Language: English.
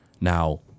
Now